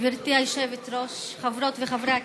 גברתי היושבת-ראש, חברות וחברי הכנסת,